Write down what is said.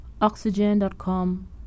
Oxygen.com